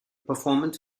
performance